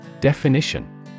Definition